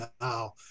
now